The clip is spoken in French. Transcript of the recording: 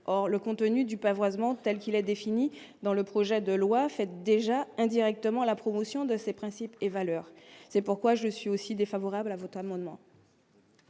or le contenu du pavoisement telle qu'il a défini dans le projet de loi fait déjà indirectement à la promotion de ses principes et valeurs, c'est pourquoi je suis aussi défavorable à votre amendement.